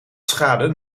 schade